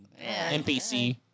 NPC